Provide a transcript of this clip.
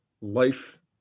life